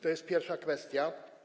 To jest pierwsza kwestia.